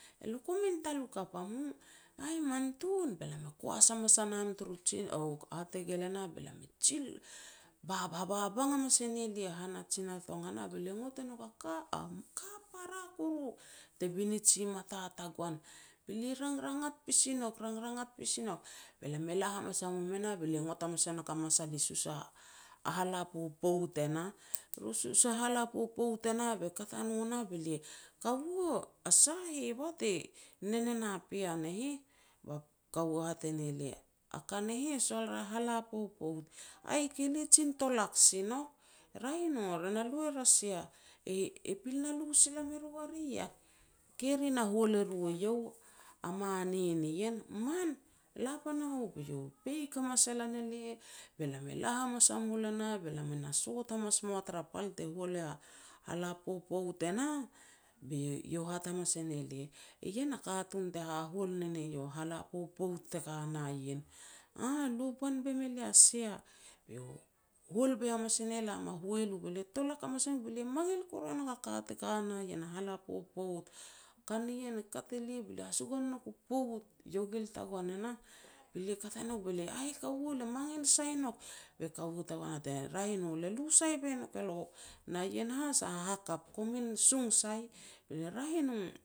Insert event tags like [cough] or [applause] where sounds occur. E lo komin talukap a mu." "Aih, man tun!" Be lam koas hamas a nam turu [hesitation] hategel e nah, be lam e jil [unintelligible] ba [hesitation] hababang hamas e ne lia hana Jina Tong e nah, be lia ngot e nouk a ka [hesitation] ka para kuru te binij i mata tagoan, be la rangrangat pasi nouk, rangrangat pasi nouk. Be lam e la hamas a mum e nah be lia ngot hamas e nouk a masal i sus a-a hala popout e nah. [noise] Ru sus a hala popout e nah be kat a no nah be lia, "Kaua, a sa heh bah te nen e na pean e heh?", be kaua hat e ne lia, "A ka ne heh sol rea hala popout." "Aih, ke lia jin tolak si nouk." "Raeh i no, ri na lu er a sia." "E-e pil na lu sila me ru a ri iah." "Ke ri na hoal e ru eiau, a manin ien", "man, la pana u." Be eiau peik hamas e lan elia be lam e la hamas a mul e nah, be lam na sot hamas moa tara pal te hual ia hala popout e nah, be ei-eiau hat hamas e ne lia, "Ien a katun te hahual ne ne iau hala popout te ka na ien." "Aah, lu pan boi me lia a sia. Be iau houl boi hamas e ne lam a hualu be lia tolak hamas e nouk be lia mangil koru e nouk a ka te ka na ien a hala popout. Ka nien e kat elia be lia hasagohan e nouk u pout, iogil tagoan e nah. Be lia kata nouk, "Aih kaua le mangil sai nouk." Be kaua tagoan hat e ne lia, "Raeh i no, le lu sai boi nouk elo, na ien has a hahakap, komin sung sai", "Raeh i no."